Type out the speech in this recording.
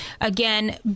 Again